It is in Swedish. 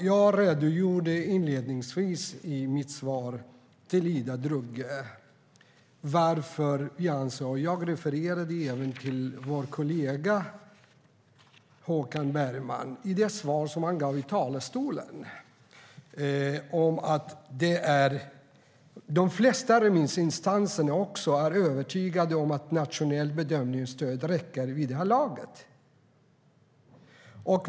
Fru talman! I mitt svar till Ida Drougge redogjorde jag inledningsvis för, och refererade även till det svar som vår kollega Håkan Bergman gav i talarstolen, om att de flesta remissinstanserna är övertygade om att nationellt bedömningsstöd räcker i det läget.